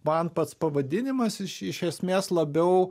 man pats pavadinimas iš iš esmės labiau